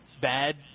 bad